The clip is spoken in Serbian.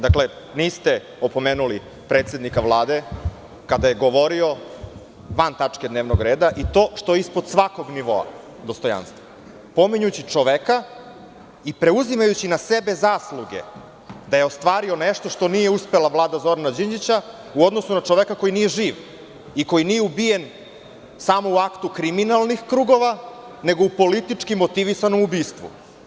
Dakle, niste opomenuli predsednika Vlade kada je govorio van tačke dnevnog reda, i to što je ispod svakog nivoa dostojanstva, pominjući čoveka i preuzimajući na sebe zasluge da je ostvario nešto što nije uspela Vlada Zorana Đinđića, u odnosu na čoveka koji nije živ, i koji nije ubijen samo u aktu kriminalnih krugova, nego u politički motivisanom ubistvu.